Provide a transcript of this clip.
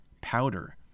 powder